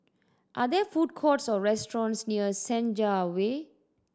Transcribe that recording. are there food courts or restaurants near Senja Way